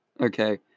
Okay